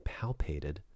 palpated